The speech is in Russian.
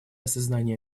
осознания